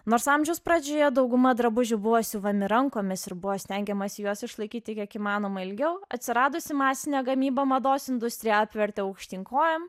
nors amžiaus pradžioje dauguma drabužių buvo siuvami rankomis ir buvo stengiamasi juos išlaikyti kiek įmanoma ilgiau atsiradusi masinė gamyba mados industriją apvertė aukštyn kojom